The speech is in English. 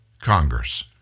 Congress